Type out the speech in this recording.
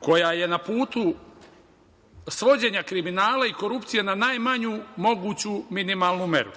koja je na putu svođenja kriminala i korupcije, na najmanju moguću minimalnu meru.